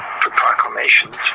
proclamations